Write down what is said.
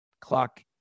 Clock